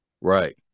right